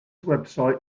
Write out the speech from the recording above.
website